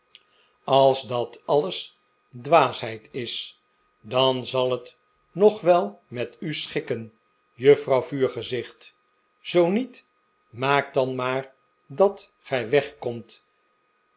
als dat alles dwaasheid is dan zal het nog wel met u schikken juffrouw vuurgezicht zoo niet maak dan maar dat gij wegkomt